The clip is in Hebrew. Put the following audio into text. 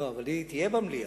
לא, אבל היא תהיה במליאה.